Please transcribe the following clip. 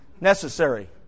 Necessary